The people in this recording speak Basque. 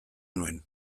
nuen